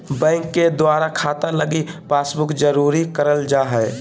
bank के द्वारा खाता लगी पासबुक जारी करल जा हय